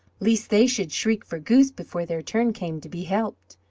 lest they should shriek for goose before their turn came to be helped.